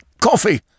coffee